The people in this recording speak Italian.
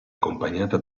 accompagnata